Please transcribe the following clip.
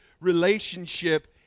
relationship